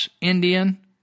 Indian